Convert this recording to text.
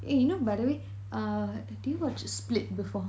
eh you know by the way uh did you watch split before